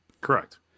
correct